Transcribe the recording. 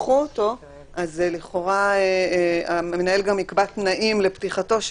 אז לכאורה המנהל גם יקבע תנאים לפתיחתו,